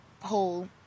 whole